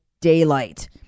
daylight